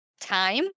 time